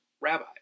rabbi